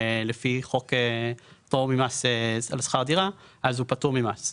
לפי חוק פטור ממס על שכר דירה הוא פטור ממס.